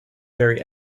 very